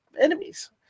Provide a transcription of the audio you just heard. enemies